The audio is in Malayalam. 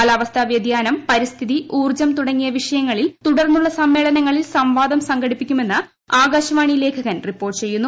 കാലാവസ്ഥാ വൃതിയാനം പരിസ്ഥിതി ഊർജ്ജം തുടങ്ങിയ വിഷയങ്ങളിൽ തുടർന്നുള്ള സമ്മേളനങ്ങളിൽ സംവാദം സംഘടിപ്പിക്കുമെന്ന് ആകാശവാണി ലേഖക്യൻ റിപ്പോർട്ട് ചെയ്യുന്നു